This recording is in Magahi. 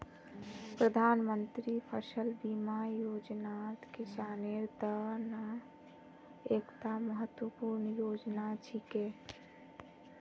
प्रधानमंत्री फसल बीमा योजनात किसानेर त न एकता महत्वपूर्ण योजना छिके